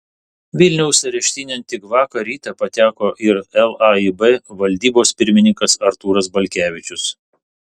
vilniaus areštinėn tik vakar rytą pateko ir laib valdybos pirmininkas artūras balkevičius